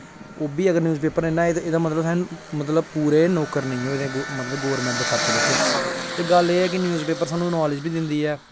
ओह् बी अगर न्यूज़ पेपर नेईं ना आये ते मतलब मतलब पूरे नौकर नेईं होए दे मतलब गौरमेंट दे खाते बिच ते गल्ल एह् ऐ कि न्यूज़ पेपर सानूं नॉलेज बी दिंदी ऐ